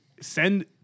send